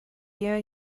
year